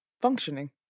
Functioning